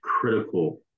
critical